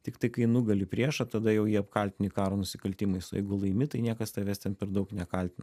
tiktai kai nugali priešą tada jau jį apkaltini karo nusikaltimais o jeigu laimi tai niekas tavęs ten per daug nekaltina